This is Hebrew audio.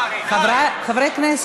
כל אחד עולה, נותן לנו הרצאות,